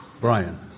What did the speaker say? brian